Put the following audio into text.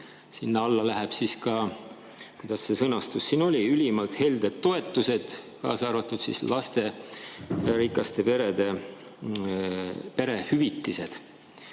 Sinna alla lähevad siis ka – kuidas see sõnastus siin oli – ülimalt helded toetused, kaasa arvatud lasterikaste perede [toetused].